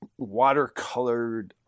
watercolored